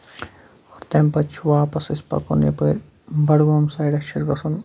تَمہِ پَتہٕ چھُ واپَس اسہِ پَکُن یَپٲرۍ بَڈگوم سایڈَس چھُ اَسہِ گژھُن